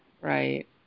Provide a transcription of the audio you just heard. Right